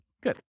good